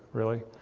really?